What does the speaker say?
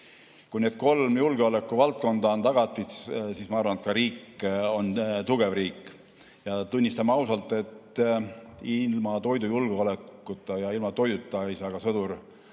Kui need kolm julgeolekuvaldkonda on tagatud, siis ma arvan, et ka riik on tugev. Tunnistame ausalt, et ilma toidujulgeolekuta ja ilma toiduta ei saa ka sõdur